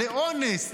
לאונס,